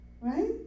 Right